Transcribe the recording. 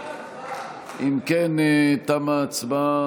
אם כן, תמה ההצבעה.